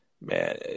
man